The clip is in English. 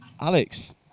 Alex